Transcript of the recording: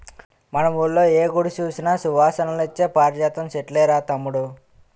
మన వూళ్ళో ఏ గుడి సూసినా సువాసనలిచ్చే పారిజాతం సెట్లేరా తమ్ముడూ